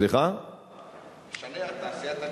לשנע את תעשיית הנשק.